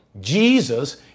Jesus